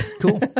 Cool